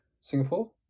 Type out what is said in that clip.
Singapore